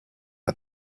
had